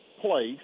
place